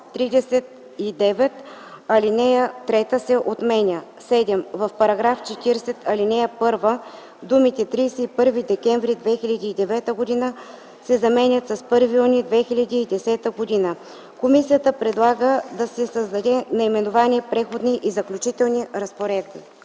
Комисията предлага да се създаде наименование „Преходни и заключителни разпоредби”.